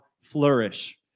flourish